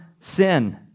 sin